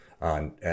on